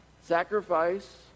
sacrifice